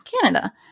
Canada